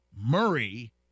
Murray